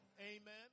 Amen